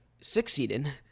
Succeeded